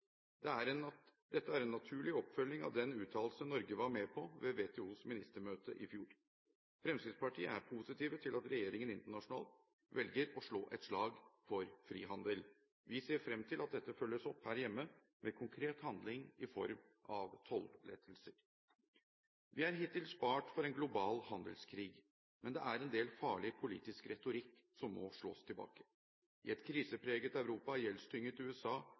Dette er en naturlig oppfølging av den uttalelse Norge var med på ved WTOs ministermøte i fjor. Fremskrittspartiet er positive til at regjeringen internasjonalt velger å slå et slag for frihandel. Vi ser frem til at dette følges opp her hjemme ved konkret handling i form av tollettelser. Vi er hittil spart for en global handelskrig, men det er en del farlig politisk retorikk som må slås tilbake. I et krisepreget Europa og et gjeldstynget USA og hos usikre kinesiske ledere ser vi politiske utspill som forsøker å appellere til